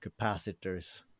capacitors